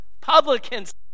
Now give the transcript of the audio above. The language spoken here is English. publicans